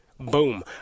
Boom